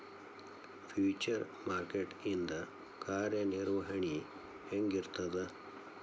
Future market ಇಂದ್ ಕಾರ್ಯನಿರ್ವಹಣಿ ಹೆಂಗಿರ್ತದ?